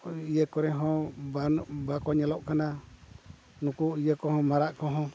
ᱤᱭᱟᱹ ᱠᱚᱨᱮ ᱦᱚᱸ ᱵᱟᱹᱱᱩᱜ ᱵᱟᱠᱚ ᱧᱮᱞᱚᱜ ᱠᱟᱱᱟ ᱱᱩᱠᱩ ᱤᱭᱟᱹ ᱠᱚᱦᱚᱸ ᱢᱟᱨᱟᱜ ᱠᱚᱦᱚᱸ